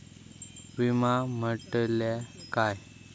विमा म्हटल्या काय?